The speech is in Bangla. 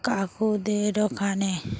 কাকুদের ওখানে